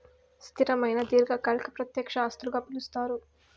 స్థిరమైన దీర్ఘకాలిక ప్రత్యక్ష ఆస్తులుగా పిలుస్తారు